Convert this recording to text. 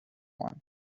one